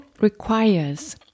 requires